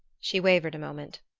she wavered a moment.